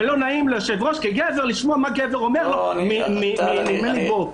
ולא נעים ליושב-ראש כגבר לשמוע מה גבר אומר מדם לבו.